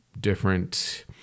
different